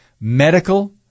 Medical